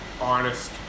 honest